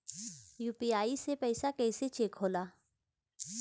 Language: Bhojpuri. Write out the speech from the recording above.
यू.पी.आई से पैसा कैसे चेक होला?